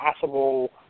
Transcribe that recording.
possible